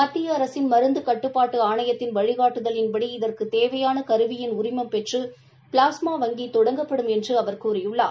மத்திய அரசின் மருந்து கட்டுப்பாட்டு ஆணையத்தின் வழிகாட்டுதலின்படி இதற்குத் தேவையான கருவியின் உரிமம் பெற்று ப்ளாஸ்மா வங்கி தொடங்கப்படும் என்று அவர் கூறியுள்ளார்